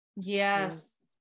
Yes